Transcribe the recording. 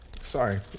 sorry